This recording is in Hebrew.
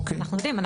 אנחנו יודעים.